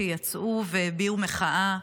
שיצאו והביעו מחאה,